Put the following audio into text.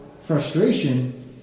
frustration